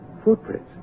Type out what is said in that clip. footprints